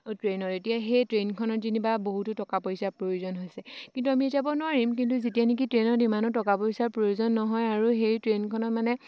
ট্ৰেইনৰ এতিয়া সেই ট্ৰেইনখনত যেনিবা বহুতো টকা পইচাৰ প্ৰয়োজন হৈছে কিন্তু আমি যাব নোৱাৰিম কিন্তু যেতিয়া নেকি ট্ৰেইনত ইমানো টকা পইচাৰ প্ৰয়োজন নহয় আৰু সেই ট্ৰেইনখনত মানে